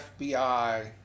FBI